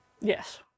Yes